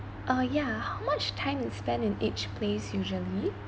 uh yeah how much time you spend in each place usually